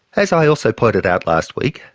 as i also pointed out last week,